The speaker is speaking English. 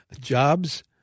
jobs